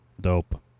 dope